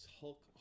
Hulk